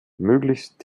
möglichst